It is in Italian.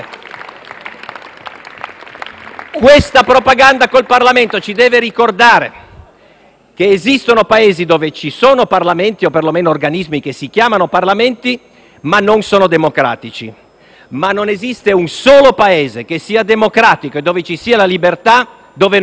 Questa propaganda col Parlamento ci deve ricordare che esistono Paesi dove ci sono Parlamenti, o perlomeno organismi che si chiamano Parlamenti, ma non sono democratici. Ma non esiste un solo Paese che sia democratico e dove ci sia la libertà in cui non ci sia il Parlamento.